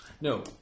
No